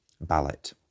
ballot